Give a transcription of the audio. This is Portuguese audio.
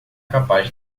capaz